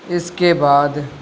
اس کے بعد